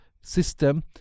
system